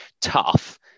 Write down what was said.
tough